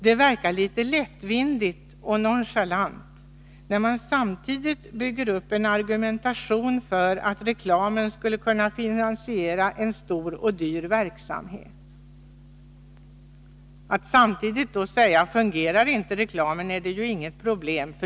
Det verkar litet lättvindigt och nonchalant att säga detta, när man samtidigt bygger upp en argumentation för att reklamen skulle kunna finansiera en stor och dyr verksamhet.